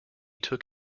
took